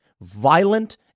violent